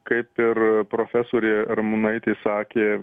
kaip ir profesorė ramonaitė sakė